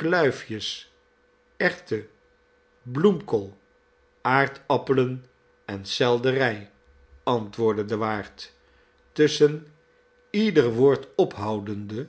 kluifjes erwten bloemkool aardappelen en selderij antwoordde de waard tusschen ieder woord ophoudende